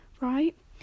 right